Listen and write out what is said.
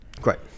Great